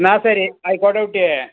എന്നാൽ ശരി ആയിക്കോട്ടുട്ട്യേ